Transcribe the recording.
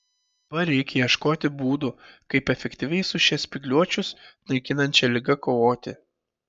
dabar reikia ieškoti būdų kaip efektyviai su šia spygliuočius naikinančia liga kovoti